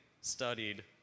studied